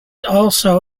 also